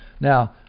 now